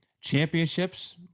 Championships